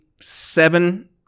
seven